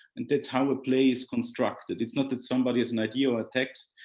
and that's how a play is constructed. it's not that somebody is an idea or a text.